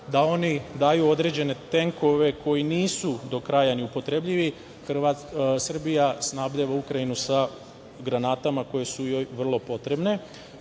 da oni daju određene tenkove koji nisu do kraja ni upotrebljivi. Srbija snabdeva Ukrajinu sa granatama koje su joj vrlo potrebne,